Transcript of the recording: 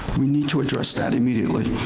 we need to address that immediately.